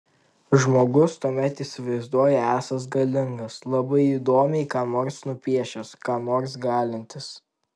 žmogus tuomet įsivaizduoja esąs galingas labai įdomiai ką nors nupiešęs ką nors galintis